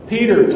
Peter